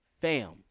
fam